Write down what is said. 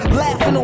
laughing